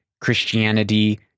Christianity